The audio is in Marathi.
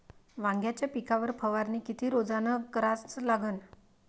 वांग्याच्या पिकावर फवारनी किती रोजानं कराच पायजे?